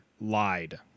lied